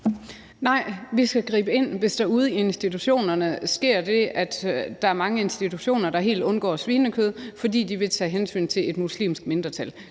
Nej, vi skal gribe ind, hvis der sker det, at der er mange institutioner, der helt undgår svinekød, fordi de vil tage hensyn til et muslimsk mindretal.